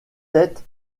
tête